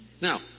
Now